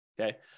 okay